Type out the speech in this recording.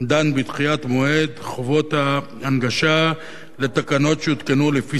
דן בדחיית מועד חובות ההנגשה לתקנות שיותקנו לפי